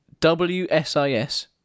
WSIS